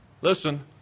listen